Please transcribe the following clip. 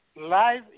Life